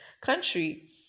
country